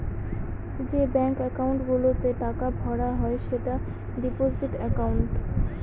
যে bank account গুলোতে টাকা ভরা হয় সেটা ডিপোজিট একাউন্ট